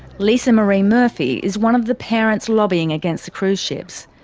lisa-marie murphy is one of the parents lobbying against the cruise ships.